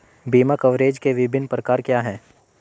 बीमा कवरेज के विभिन्न प्रकार क्या हैं?